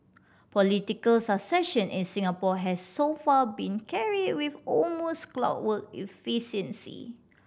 political succession in Singapore has so far been carried with almost clockwork efficiency